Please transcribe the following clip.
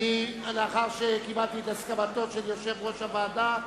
לאחר שקיבלתי את הסכמתו של יושב-ראש הוועדה,